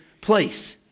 place